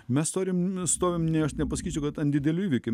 mes turim nu stovim ne aš nepasakysiu kad ant didelių įvykių